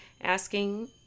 asking